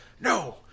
no